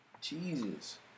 Jesus